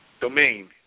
domain